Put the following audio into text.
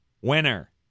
winner